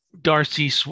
Darcy